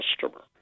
customer